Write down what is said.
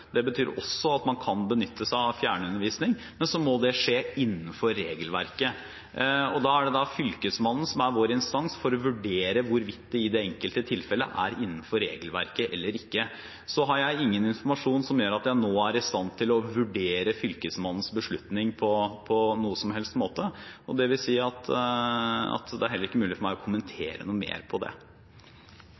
Det betyr også at man kan benytte seg av fjernundervisning, men det må skje innenfor regelverket. Da er det Fylkesmannen som er vår instans til å vurdere hvorvidt det i det enkelte tilfellet er innenfor regelverket eller ikke. Så har jeg ingen informasjon som gjør at jeg nå er i stand til å vurdere Fylkesmannens beslutning på noen som helst måte, og det vil si at det er heller ikke mulig for meg å kommentere dette noe mer.